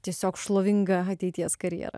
tiesiog šlovingą ateities karjerą